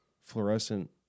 fluorescent